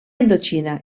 indoxina